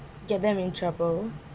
get them in trouble